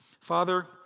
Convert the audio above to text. Father